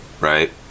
right